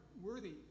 worthy